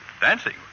Dancing